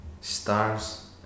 stars